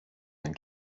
sein